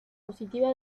positiva